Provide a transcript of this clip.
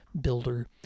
builder